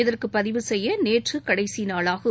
இதற்கு பதிவு செய்ய நேற்று கடைசி நாளாகும்